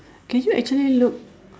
can you actually look